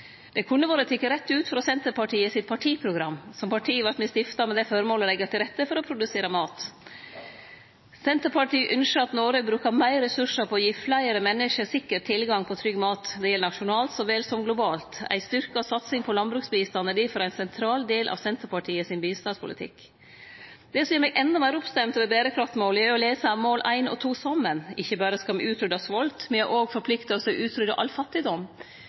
Det kunne vore teke rett ut frå Senterpartiet sitt partiprogram. Som parti vart me stifta med det føremål å leggje til rette for å produsere mat. Senterpartiet ynskjer at Noreg bruker meir ressursar på å gi fleire menneske sikker tilgang på trygg mat. Det gjeld nasjonalt så vel som globalt. Ei styrkt satsing på landbruksbistand er difor ein sentral del av bistandspolitikken til Senterpartiet. Det som gjer meg endå meir oppstemd over berekraftsmåla, er å lese mål 1 og 2 saman. Ikkje berre skal me utrydde svolt, me har òg forplikta oss til å utrydde all fattigdom.